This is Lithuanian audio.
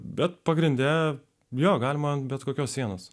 bet pagrinde jo galima ant bet kokios sienos